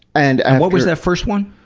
and and what was that first one?